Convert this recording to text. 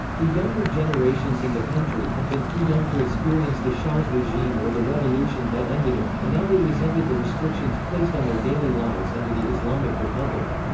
the younger generations in the country had been too young to experience the shah's regime or the revolution that ended it, and now they resented the restrictions placed on their daily lives under the islamic republic.